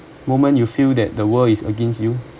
moment you feel that the world is against you